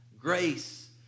Grace